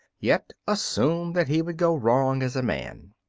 yet assume that he would go wrong as a man.